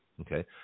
Okay